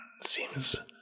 seems